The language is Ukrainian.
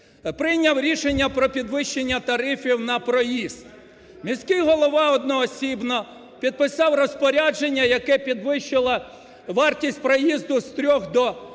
прийняв рішення про підвищення тарифів на проїзд. Міський голова одноосібно підписав розпорядження, яке підвищило вартість проїзду від 3 до 5